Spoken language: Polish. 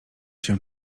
się